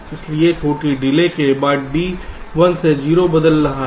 इसलिए छोटी डिले के बाद D 1 से 0 बदल रहा है